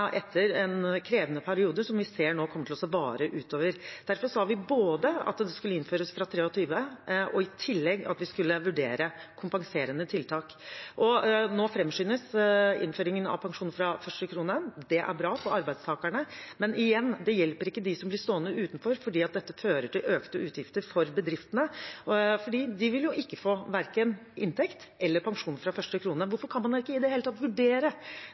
etter en krevende periode, som vi nå ser kommer til å vare utover. Derfor sa vi både at det skulle innføres fra 2023, og i tillegg at vi skulle vurdere kompenserende tiltak. Nå framskyndes innføringen av pensjon fra første krone. Det er bra for arbeidstakerne, men igjen: Det hjelper ikke dem som blir stående utenfor, for dette fører til økte utgifter for bedriftene. De vil få verken inntekt eller pensjon fra første krone. Hvorfor kan man ikke i det hele tatt vurdere